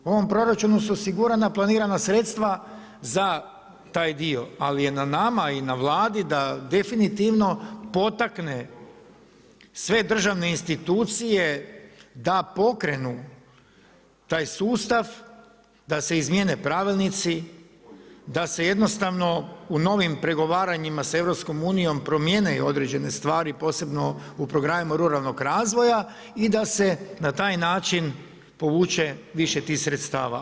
U ovom proračunu su osigurana planirana sredstva za taj dio, ali je na nama i na Vladi da definitivno potakne sve državne institucije da pokrenu taj sustav, da se izmijene pravilnici, da se jednostavno u novim pregovaranjima sa EU promijene i određene stvari posebno u programima ruralnog razvoja i da se na taj način povuče više tih sredstava.